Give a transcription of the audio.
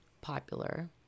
popular